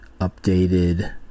updated